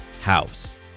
house